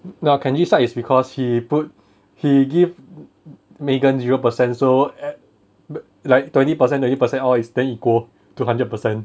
no kenji side is because he put he give megan zero percent so at like twenty percent thirty percent all is then equal to hundred percent